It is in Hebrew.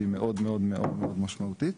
היא מאוד-מאוד משמעותית.